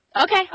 Okay